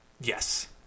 Yes